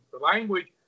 language